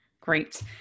Great